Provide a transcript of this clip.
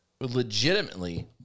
legitimately